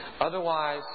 otherwise